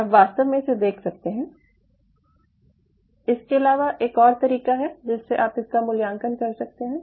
आप वास्तव में इसे देख सकते हैं इसके अलावा एक और तरीका है जिससे आप इसका मूल्यांकन कर सकते हैं